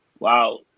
Wow